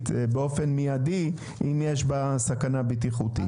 באופן מיידי אם יש בה סכנה בטיחותית.